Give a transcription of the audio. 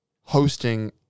hosting